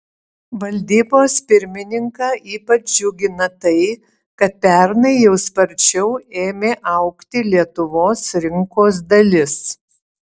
valdybos pirmininką ypač džiugina tai kad pernai jau sparčiau ėmė augti lietuvos rinkos dalis